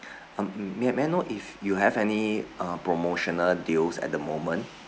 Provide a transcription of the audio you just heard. um may may I know if you have any uh promotional deals at the moment